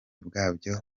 bwabyo